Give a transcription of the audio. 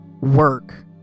work